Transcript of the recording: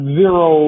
zero